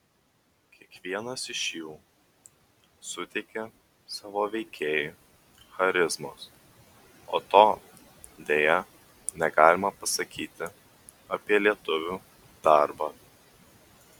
kiekvienas iš jų suteikė savo veikėjui charizmos o to deja negalima pasakyti apie lietuvių darbą